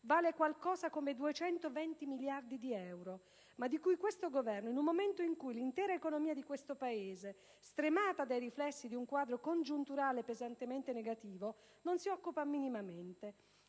vale circa 220 miliardi di euro, ma di cui questo Governo, in un momento in cui l'intera economia del Paese è stremata dai riflessi di un quadro congiunturale pesantemente negativo, non si occupa minimamente,